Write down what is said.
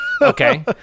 okay